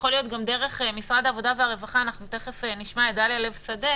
יכול להיות שגם דרך משרד העבודה והרווחה תיכף נשמע את דליה לב שדה